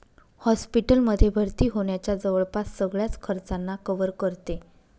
hospital मध्ये भर्ती होण्याच्या जवळपास सगळ्याच खर्चांना कव्हर करते